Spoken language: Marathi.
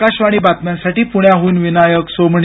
आकाशवाणी बातम्यांसाठी पुण्याहून विनायक सोमणी